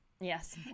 Yes